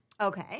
Okay